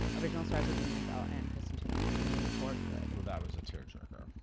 original stars idina menzel and kristin chenoweth singing for good. well that was a tearjerker.